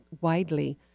widely